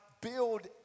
build